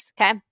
Okay